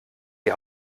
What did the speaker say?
die